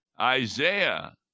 Isaiah